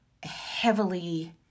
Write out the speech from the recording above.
heavily